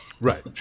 Right